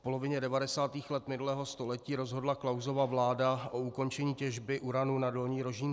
V polovině 90. let minulého století rozhodla Klausova vláda o ukončení těžby uranu na Dolní Rožínce.